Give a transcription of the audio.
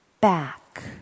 back